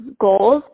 goals